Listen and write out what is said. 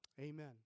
Amen